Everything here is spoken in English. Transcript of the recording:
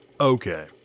Okay